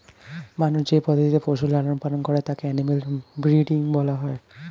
মানুষ যে পদ্ধতিতে পশুর লালন পালন করে তাকে অ্যানিমাল ব্রীডিং বলা হয়